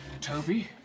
Toby